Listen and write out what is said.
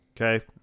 Okay